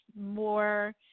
more